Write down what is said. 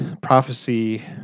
prophecy